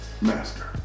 Master